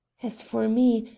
as for me,